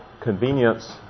convenience